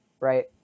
Right